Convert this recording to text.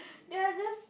the others